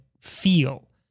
feel